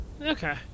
Okay